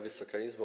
Wysoka Izbo!